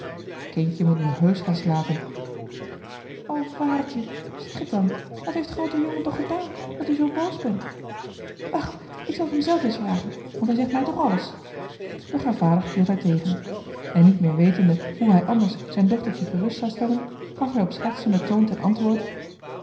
kindje moet nu heusch gaan slapen o vadertje zeg het dan wat heeft groote jongen toch gedaan dat u zoo boos bent wacht ik zal t hem zelf eens vragen want hij zegt mij toch alles doch haar vader hield haar tegen en niet meer wetende hoe hij anders zijn dochtertje gerust zou stellen gaf hij op schertsenden toon ten antwoord